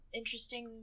interesting